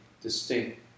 distinct